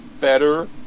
better